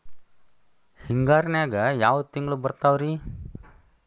ಹಿಂಗಾರಿನ್ಯಾಗ ಯಾವ ತಿಂಗ್ಳು ಬರ್ತಾವ ರಿ?